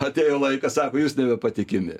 atėjo laikas sako jūs nebepatikimi